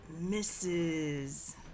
misses